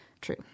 true